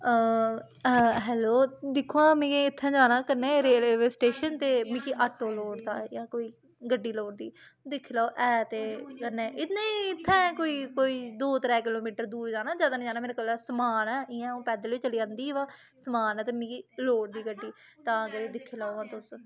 hello दिक्खो हां मिगी इत्थे जाना कन्नै रेलवे स्टेशन ते मिगी आटो लोड़दा जां कोई गड्डी लोड़दी दिक्खी लैओ ऐ ते कन्नै नेईं इत्थें कोई कोई दो त्रै किलो मीटर दूर जाना ज्यादा नी जाना मेरे कोल समान ऐ इयां आ'ऊं पैदल बी चली जंदी ब समान ऐ ते मिगी लोड़दी गड्डी तां करियै दिक्खी लैओ आं तुस एह्